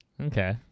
Okay